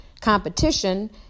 competition